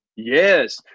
Yes